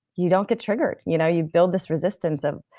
you don't get triggered. you know you build this resistance of.